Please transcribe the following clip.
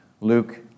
Luke